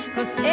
Cause